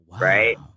right